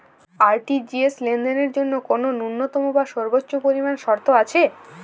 RTGS লেনদেনের জন্য কোন ন্যূনতম বা সর্বোচ্চ পরিমাণ শর্ত আছে?